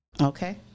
okay